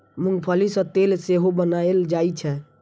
मूंंगफली सं तेल सेहो बनाएल जाइ छै